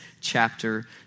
chapter